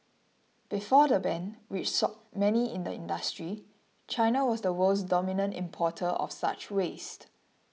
before the ban which many in the industry China was the world's dominant importer of such waste